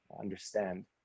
understand